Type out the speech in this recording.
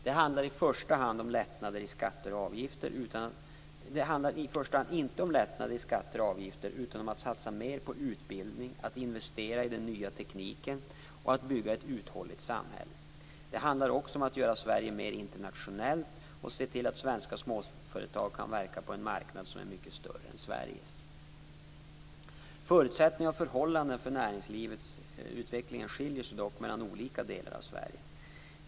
Det handlar i första hand inte om lättnader i skatter och avgifter utan om att satsa mer på utbildning, att investera i den nya tekniken och att bygga ett uthålligt samhälle. Det handlar också om att göra Sverige mer internationellt och att se till att svenska småföretag kan verka på en marknad som är mycket större än Sveriges. Förutsättningar och förhållanden för näringslivsutvecklingen skiljer sig dock mellan olika delar av Sverige.